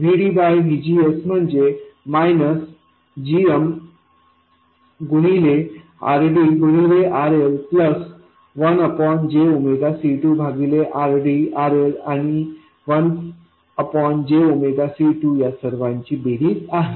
तर VDVGSम्हणजे मायनस gmगुणिले RD गुणिले RLप्लस 1 jC2 भागिले RD RL आणि 1 jC2 या सर्वांची बेरीज आहे